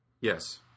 Yes